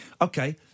Okay